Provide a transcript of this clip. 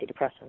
antidepressants